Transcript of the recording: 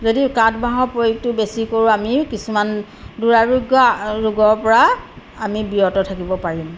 যদি কাঠ বাঁহৰ প্ৰয়োগটো বেছি কৰোঁ আমি কিছুমান দূৰাৰোগ্য ৰোগৰ পৰা আমি বিৰত থাকিব পাৰিম